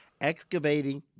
excavating